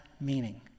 meaning